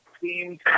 teams